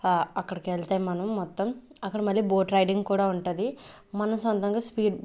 అక్కడికెళ్తే మనం మొత్తం అక్కడ మళ్ళీ బోట్ రైడింగ్ కూడా ఉంటుంది మన సొంతంగా స్పీడ్